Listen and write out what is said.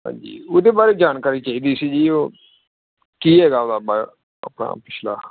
ਹਾਂਜੀ ਉਹਦੇ ਬਾਰੇ ਜਾਣਕਾਰੀ ਚਾਹੀਦੀ ਸੀ ਜੀ ਉਹ ਕੀ ਹੈਗਾ ਵਾ ਆਪਣਾ ਪਿਛਲਾ